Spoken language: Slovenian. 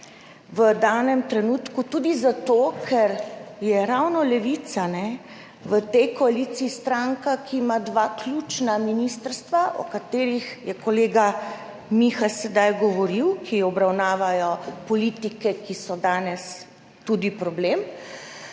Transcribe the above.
v danem trenutku, tudi zato, ker je ravno Levica v tej koaliciji stranka, ki ima dve ključni ministrstvi, o katerih je kolega Miha sedaj govoril, ki obravnavata politike, ki so danes tudi problem,